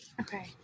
Okay